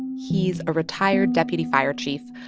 he's a retired deputy fire chief.